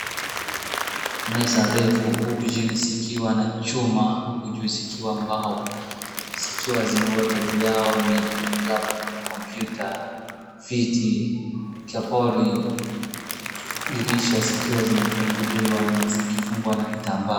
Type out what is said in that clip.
Meza refu huku chini zikiwa na chuma, huku juu zikiwa mbao, zikiwa zimewekwa juu yao ni laptop, computer , viti, chapoli, dirisha zikiwa zimefunguliwa zikifungwa na kitambaa.